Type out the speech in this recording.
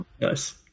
Nice